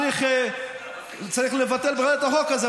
באמת צריך לבטל את החוק הזה,